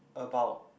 about